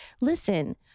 listen